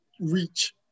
reach